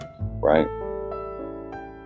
right